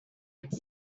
with